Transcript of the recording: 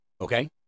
okay